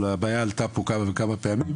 אני רק אומר שהבעיה כבר עלתה פה כמה וכמה פעמים,